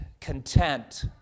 content